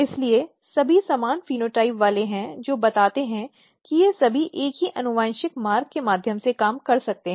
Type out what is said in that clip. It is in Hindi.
इसलिए सभी समान फेनोटाइप वाले हैं जो बताते हैं कि ये सभी एक ही आनुवंशिक मार्ग के माध्यम से काम कर सकते हैं